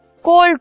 Cold